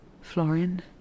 Florian